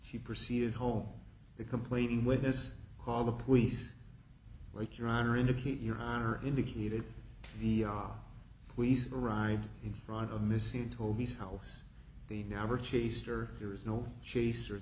she proceeded home the complaining witness call the police like your honor indicate your honor indicated the police arrived in front of missing toby's house they never chased or there is no chasers